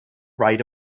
write